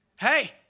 Hey